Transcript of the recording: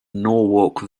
norwalk